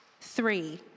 Three